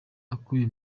akubiye